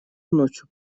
ночью